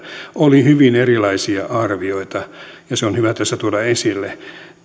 oli hyvin erilaisia arvioita ja se on hyvä tässä tuoda esille